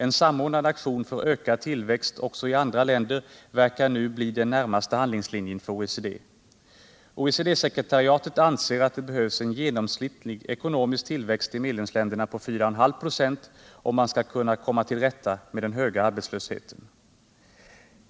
En samordnad aktion för ökad tillväxt också i andra länder verkar nu bli den närmaste handlingslinjen för OECD. OECD-sckretariatet anser att det behövs en genomsnittlig ckonomisk tillväxt i medlemsländerna på 4,5 "> om man skall komma till rätta med den höga arbetslösheten.